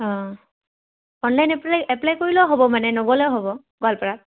অঁ online apply apply কৰিলেও হ'ব মানে নগ'লেও হ'ব গোৱালপাৰা